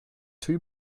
two